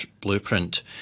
blueprint